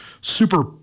super